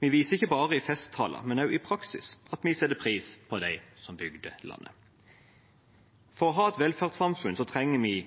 Vi viser ikke bare i festtaler, men også i praksis at vi setter pris på dem som bygde landet. For å ha et velferdssamfunn trenger vi